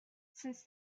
since